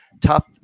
tough